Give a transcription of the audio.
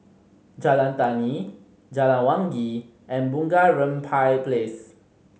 Jalan Tani Jalan Wangi and Bunga Rampai Place